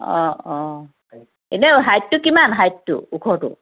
অ অ এনে হাইটটো কিমান হাইটটো ওখটো